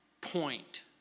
point